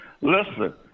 Listen